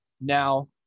now